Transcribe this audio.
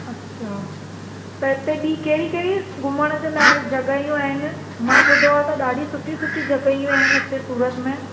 अच्छा त हिते ॿीं कहिड़ी कहिड़ी घुमण जे लाइ जॻहियूं आहिनि मां ॿुधो आहे त ॾाढी सुठी सुठी जॻहियूं आहिनि हिते सूरत में